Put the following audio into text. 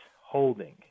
holding